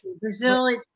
Brazil